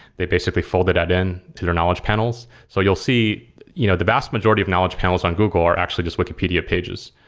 they basically folded that in to their knowledge panels. so you'll see you know the vast majority of knowledge panels on google are actually just wikipedia pages.